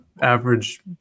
Average